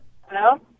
Hello